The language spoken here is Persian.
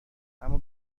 اما